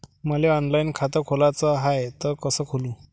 मले ऑनलाईन खातं खोलाचं हाय तर कस खोलू?